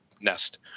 Nest